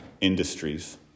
industries